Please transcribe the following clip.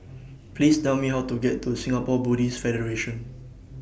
Please Tell Me How to get to Singapore Buddhist Federation